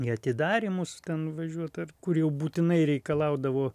į atidarymus ten nuvažiuot ar kur jau būtinai reikalaudavo